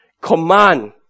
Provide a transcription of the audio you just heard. command